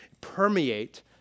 permeate